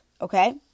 okay